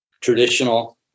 traditional